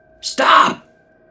Stop